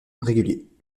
régulier